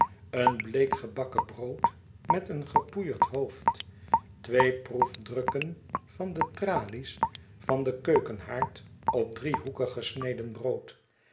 een bleek gebakken brood met een gepoeierd hoofd twee proefdrukken van de tralies van den keukenhaard op driehoekige sneden brood